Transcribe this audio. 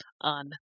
on